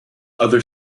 other